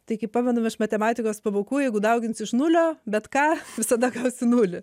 tai kaip pamenam iš matematikos pamokų jeigu dauginsi iš nulio bet ką visada gausi nulį